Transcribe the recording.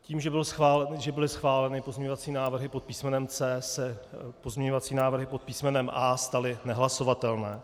Tím, že byly schváleny pozměňovací návrhy pod písmenem C, se pozměňovací návrhy pod písmenem A staly nehlasovatelné.